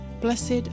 Blessed